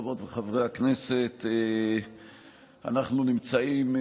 חברות וחברי הכנסת, אנחנו נמצאים,